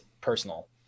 personal